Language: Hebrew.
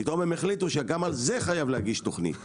פתאום הם החליטו שגם על זה חייבים להגיש תכנית.